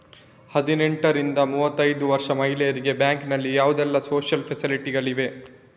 ಹದಿನೆಂಟರಿಂದ ಮೂವತ್ತೈದು ವರ್ಷ ಮಹಿಳೆಯರಿಗೆ ಬ್ಯಾಂಕಿನಲ್ಲಿ ಯಾವುದೆಲ್ಲ ಸೋಶಿಯಲ್ ಫೆಸಿಲಿಟಿ ಗಳಿವೆ?